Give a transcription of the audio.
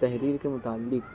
تحریر کے متعلق